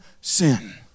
sin